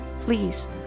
Please